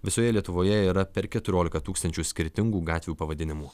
visoje lietuvoje yra per keturiolika tūkstančių skirtingų gatvių pavadinimų